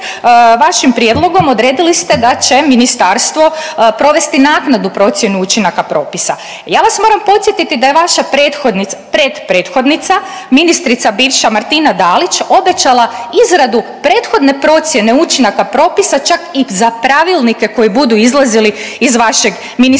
vašim prijedlogom odredili ste da će ministarstvo provesti naknadnu procjenu učinaka propisa. Ja vas moram podsjetiti da je vaša pred prethodnica ministrica bivša Martina Dalić obećala izradu prethodne procjene učinaka propisa čak i za pravilnike koji budu izlazili iz vašeg ministarstva.